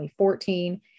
2014